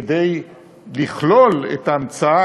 כדי לכלול את ההמצאה